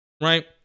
Right